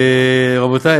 רבותיי,